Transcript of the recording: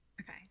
Okay